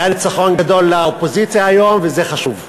היה ניצחון גדול לאופוזיציה היום, וזה חשוב.